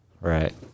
Right